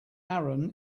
aaron